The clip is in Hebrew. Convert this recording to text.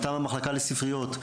מטעם המחלקה לספריות,